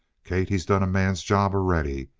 kate, he's done a man's job already.